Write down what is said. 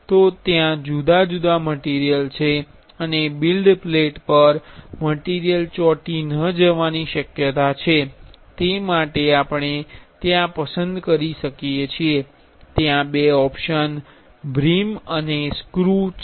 તો ત્યાં જુદા જુદા મટીરિયલ છે અને બિલ્ડ પ્લેટ પર મટીરિયલ ચોટી ન જવાની શક્યાતા છે તે માટે આપણે ત્યાં પસંદ કરી શકીએ છીએ ત્યાં બે ઓપ્શન્સ બ્રિમ અને રફ છે